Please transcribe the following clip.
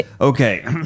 Okay